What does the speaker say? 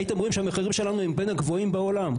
הייתם רואים שהמחירים שלנו הם בין הגבוהים בעולם.